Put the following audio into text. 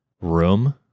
Room